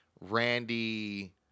Randy